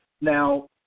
Now